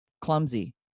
clumsy